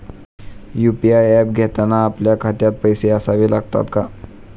UPI app घेताना आपल्या खात्यात पैसे असावे लागतात का?